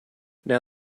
now